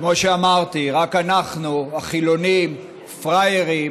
כמו שאמרתי, רק אנחנו, החילונים, פראיירים,